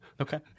Okay